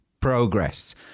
progress